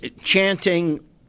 chanting